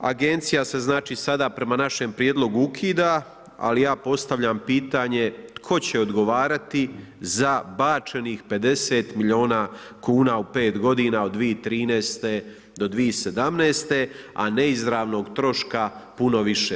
Agencija se, znači sada prema našem prijedlogu ukida, ali postavljam pitanje tko će odgovarati za bačenih 50 miliona kuna u 5 godina od 2013. do 2017., a neizravnog troška puno više.